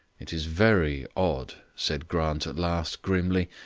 it is very odd, said grant at last, grimly,